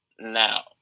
Now